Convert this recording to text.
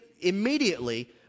immediately